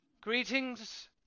Greetings